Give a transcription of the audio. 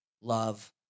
love